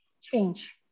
change